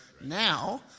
Now